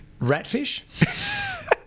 Ratfish